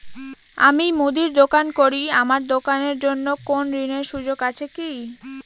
আমি মুদির দোকান করি আমার দোকানের জন্য কোন ঋণের সুযোগ আছে কি?